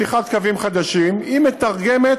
פתיחת קווים חדשים, היא מתרגמת